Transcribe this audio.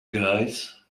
guys